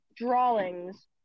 drawings